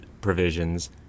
provisions